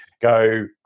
go